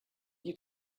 you